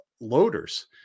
loaders